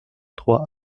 trois